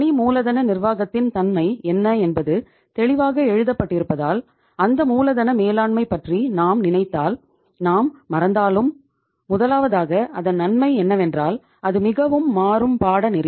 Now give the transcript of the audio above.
பணி மூலதன நிர்வாகத்தின் தன்மை என்ன என்பது தெளிவாக எழுதப்பட்டிருப்பதால் அந்த மூலதன மேலாண்மை பற்றி நாம் நினைத்தால் நாம் மறந்தாலும் முதலாவதாக அதன் தன்மை என்னவென்றால் அது மிகவும் மாறும் பாட நெறி